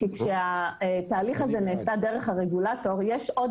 כי כשהתהליך הזה נעשה על-ידי הרגולטור יש עוד